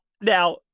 now